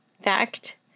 Fact